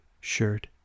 shirt